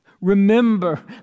Remember